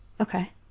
Okay